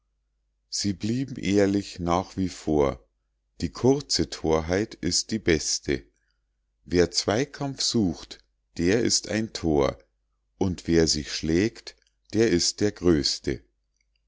sie blieben ehrlich nach wie vor die kurze thorheit ist die beste wer zweikampf sucht der ist ein thor und wer sich schlägt der ist der größte